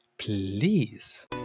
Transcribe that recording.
please